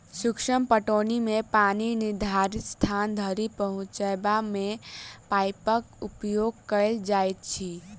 सूक्ष्म पटौनी मे पानि निर्धारित स्थान धरि पहुँचयबा मे पाइपक उपयोग कयल जाइत अछि